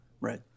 right